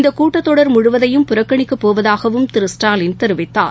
இந்தகூட்டத்தொடர் முழுவதையும் புறக்கணிக்கபோவதாகவும் திரு ஸ்டாலின் தெரிவித்தார்